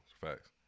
Facts